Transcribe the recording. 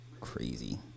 crazy